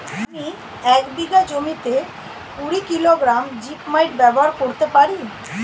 আমি এক বিঘা জমিতে কুড়ি কিলোগ্রাম জিপমাইট ব্যবহার করতে পারি?